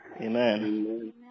Amen